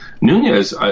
Nunez